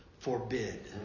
Forbid